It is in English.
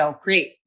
create